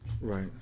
Right